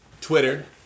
Twitter